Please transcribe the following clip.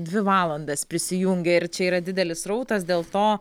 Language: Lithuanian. dvi valandas prisijungė ir čia yra didelis srautas dėl to